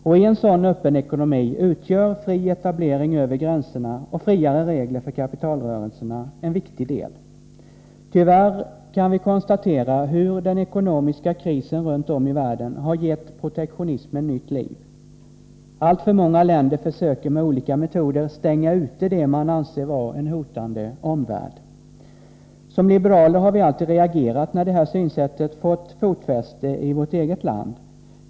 Och i en sådan öppen ekonomi utgör fri etablering över gränserna och friare regler för kapitalrörelserna en viktig del. Tyvärr kan vi konstatera hur den ekonomiska krisen runt om i världen har gett protektionismen nytt liv. Alltför många länder försöker med olika metoder stänga ute det man anser vara en hotande omvärld. Som liberaler har vi alltid reagerat när det här synsättet har fått fotfäste i vårt eget land.